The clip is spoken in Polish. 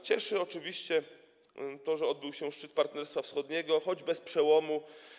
Cieszy oczywiście to, że odbył się szczyt Partnerstwa Wschodniego, choć nie było tu przełomu.